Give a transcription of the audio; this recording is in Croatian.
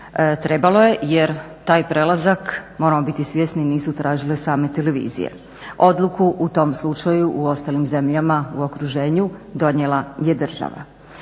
Trebalo je jer taj prelazak moramo biti svjesni nisu tražile same televizije. Odluku u tom slučaju u ostalim zemljama u okruženju donijela je država.